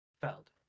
Feld